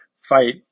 fight